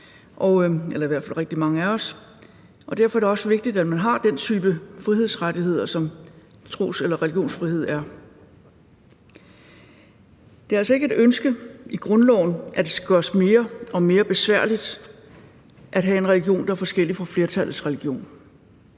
derfor er det også vigtigt, at man har den type frihedsrettigheder, som tros- eller religionsfrihed er. Det er altså ikke et ønske i grundloven, at det skal gøres mere og mere besværligt at have en religion, der er forskellig fra flertallets religion.